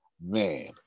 man